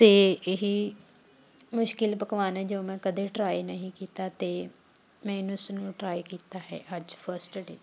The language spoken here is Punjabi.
ਅਤੇ ਇਹ ਮੁਸ਼ਕਲ ਪਕਵਾਨ ਹੈ ਜੋ ਕਿ ਮੈਂ ਕਦੇ ਟਰਾਈ ਨਹੀਂ ਕੀਤਾ ਅਤੇ ਮੈ ਇਹਨੂੰ ਇਸਨੂੰ ਟਰਾਈ ਕੀਤਾ ਹੈ ਅੱਜ ਫਸਟ ਡੇ